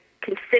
consider